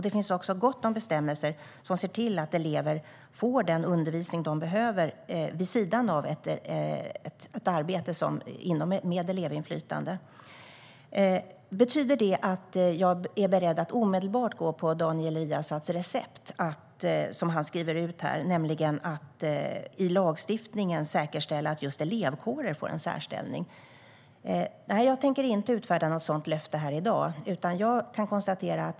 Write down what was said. Det finns också gott om bestämmelser som ser till att elever får den undervisning de behöver vid sidan av ett arbete med elevinflytande. Betyder detta att jag är beredd att omedelbart gå på Daniel Riazats recept som han skriver ut här, nämligen att i lagstiftningen säkerställa att just elevkårer får en särställning? Nej, jag tänker inte utfärda något sådant löfte här i dag.